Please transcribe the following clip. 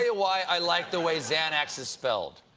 ah why i like the way xanax is spelled?